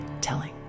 telling